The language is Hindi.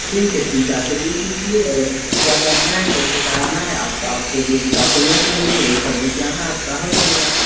ठीक है ठीक है आ कर देख लीजिए और क्या करना है कैसे कराना है आप आपको जो डॉकोमेंस लगेंगे ये सब ले कर आना आपका हो जाएगा